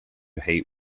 hate